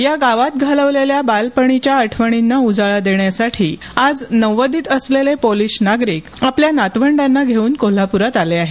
या गावात घालवलेल्या बालपणीच्या आठवणींना उजाळा देण्यासाठी आज नव्वदीत असलेले पोलीश नागरिक आपल्या नातवंडाना घेऊन कोल्हापुरात आले आहेत